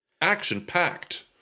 Action-packed